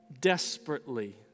desperately